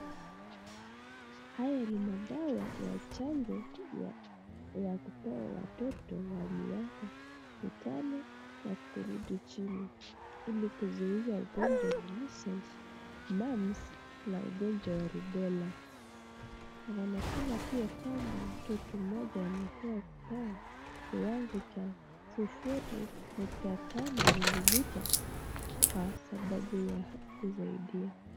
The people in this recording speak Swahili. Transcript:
haya ni madawa ya chanjo ya kupewa watoto wa miaka mitano na kurudi chini ili kuzuia ugonjwa wa missile, bamps na ugonjwa wa rubella yaonekana pia kwamba mtoto moja anafa kupewa kiwango cha sufuri nukta tano milimita kwa sabau ya kusaidia